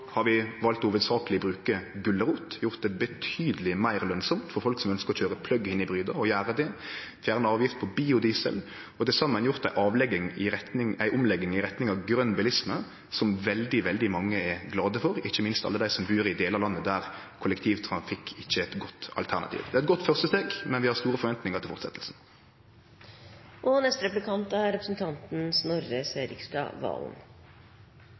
har vi valt hovudsakleg å bruke gulrot: gjort det betydeleg meir lønsamt for folk som ønskjer å køyre «plug-in»-hybridar, å gjere det, fjerna avgift på biodiesel og til saman gjort ei omlegging i retning av grøn bilisme, som veldig, veldig mange er glade for, ikkje minst alle dei som bur i delar av landet der kollektivtrafikk ikkje er eit godt alternativ. Det er eit godt førstesteg, men vi har store forventningar til fortsetjinga. Jeg skal bare kort gjøre representanten